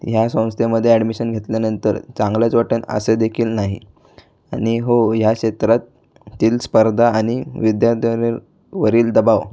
ह्या संस्थेमध्ये अॅडमिशन घेतल्यानंतर चांगलंच वाटेल असं देखील नाही आणि हो ह्या क्षेत्रात तील स्पर्धा आणि विद्यार्थ्यारील वरील दबाव